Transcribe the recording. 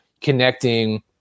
connecting